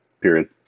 period